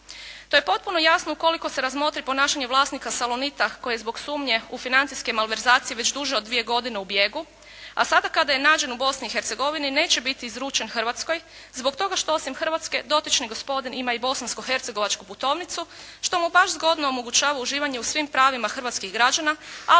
To je potpuno jasno ukoliko se razmotri ponašanje vlasnika "Salonit" koji je zbog sumnje u financijske malverzacije već duže od dvije godine u bijegu, a sada kada je nađen u Bosni i Hercegovini neće biti izručen u Hrvatskoj zbog toga što osim Hrvatske dotični gospodin ima i bosansko-hercegovačku putovnicu što mu baš zgodno omogućava uživanje u svim pravima hrvatskih građana